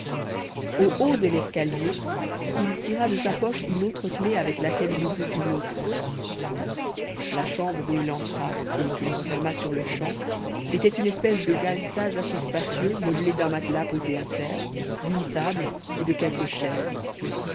au haut de l'escalier il tira de sa poche une autre clef avec laquelle il ouvrit une autre porte la chambre où il entra et qu'il referma sur-le-champ était une espèce de galetas assez spacieux meublé d'un matelas posé à terre d'une table et de quelques chaises